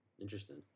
Interesting